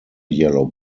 yellow